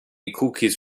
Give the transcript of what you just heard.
cookies